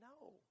No